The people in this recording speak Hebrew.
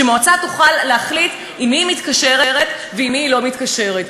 שמועצה תוכל להחליט עם מי היא מתקשרת ועם מי היא לא מתקשרת.